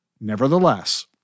Nevertheless